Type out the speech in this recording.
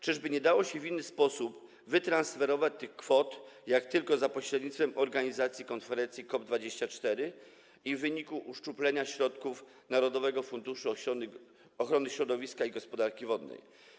Czyżby nie dało się w inny sposób wytransferować tych kwot, jak tylko za pośrednictwem organizacji konferencji COP24 i w wyniku uszczuplenia środków Narodowego Funduszu Ochrony Środowiska i Gospodarki Wodnej?